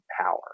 power